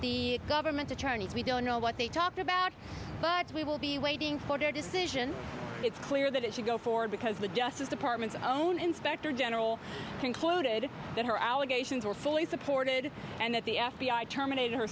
the government attorneys we don't know what they talked about but we will be waiting for their decision it's clear that it should go forward because the justice department's own inspector general concluded that her allegations were fully supported and that the f b i terminate her